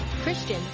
Christian